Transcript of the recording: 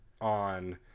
on